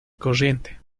corriente